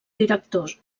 directors